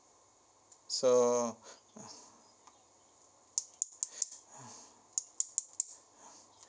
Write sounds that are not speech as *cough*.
so *breath*